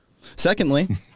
Secondly